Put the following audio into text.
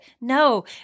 No